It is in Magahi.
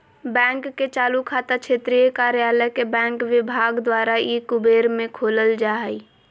बैंक के चालू खाता क्षेत्रीय कार्यालय के बैंक विभाग द्वारा ई कुबेर में खोलल जा हइ